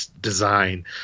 design